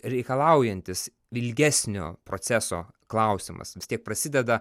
reikalaujantys ilgesnio proceso klausimas vis tiek prasideda